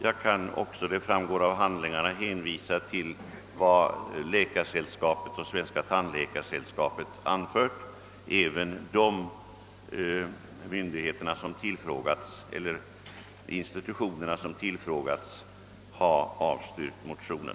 Jag kan också — det framgår av handlingarna — hänvisa till vad Läkaresällskapet och Tandläkaresällskapet anfört. Även dessa institutioner, som tillfrågats, har avstyrkt motionen.